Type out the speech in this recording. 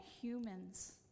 humans